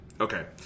Okay